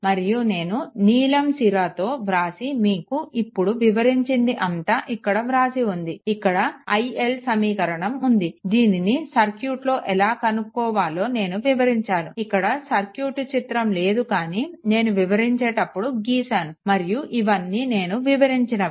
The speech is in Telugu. మరియు నేను నీలం సీరా తో వ్రాసి మీకు ఇప్పుడు వివరించింది అంతా ఇక్కడ వ్రాసి ఉంది ఇక్కడ iL సమీకరణం ఉంది దీనిని సర్క్యూట్లో ఎలా కనుక్కోవాలో నేను వివరించాను ఇక్కడ సర్క్యూట్ చిత్రం లేదు కానీ నేను వివరించేటప్పుడు గీశాను మరియు ఇవి అన్నీ నేను వివరించినవే